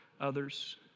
others